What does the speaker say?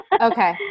Okay